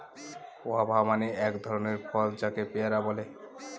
guava মানে এক ধরনের ফল যাকে পেয়ারা বলে